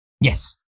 Yes